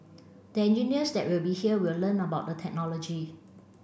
the engineers that will be here will learn about the technology